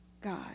God